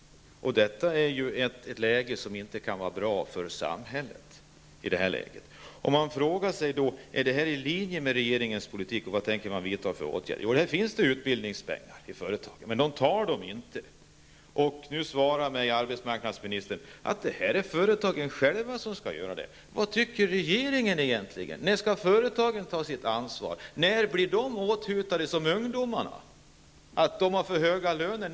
Detta kan inte vara bra för samhället i detta läge. Det finns utbildningspengar i företaget, men företaget använder inte dem. Arbetsmarknadsministern ger mig nu svaret att det är företagen själva som skall bestämma om detta. Vad anser regeringen egentligen? När skall företagen ta sitt ansvar? När skall de bli åthutade på det sätt som ungdomarna blir om att de har för höga löner?